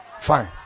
Fine